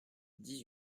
dix